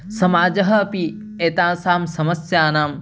समाजः अपि एतासां समस्यानां